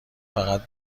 فقط